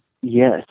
Yes